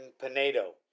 Pinedo